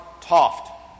Toft